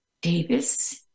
Davis